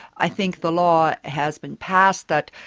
i think the law has been passed that,